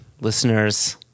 listeners